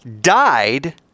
died